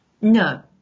No